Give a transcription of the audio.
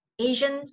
Asian